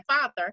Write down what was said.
father